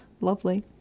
Lovely